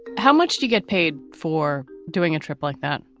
how much do you get paid for doing a trip like that?